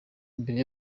imbere